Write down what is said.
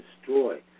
destroy